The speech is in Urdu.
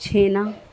چھینا